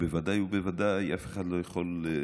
ובוודאי ובוודאי אף אחד לא יכול לעלות